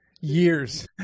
Years